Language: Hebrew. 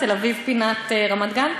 תל-אביב פינת רמת-גן?